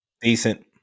Decent